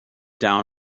down